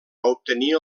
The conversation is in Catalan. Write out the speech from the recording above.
obtenir